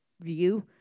view